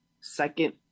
Second